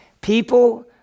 People